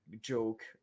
joke